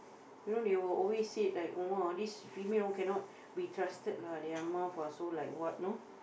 you know they will always said like !wah! this female cannot be trusted lah their mouth are so like what you know